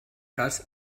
cas